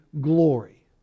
glory